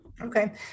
Okay